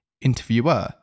Interviewer